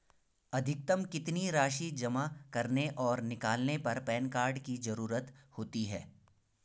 अधिकतम कितनी राशि जमा करने और निकालने पर पैन कार्ड की ज़रूरत होती है?